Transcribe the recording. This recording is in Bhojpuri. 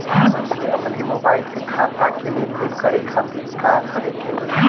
साहब हमके अपने मोबाइल से खाता के लेनदेन करे खातिर का करे के होई?